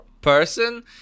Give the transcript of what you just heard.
person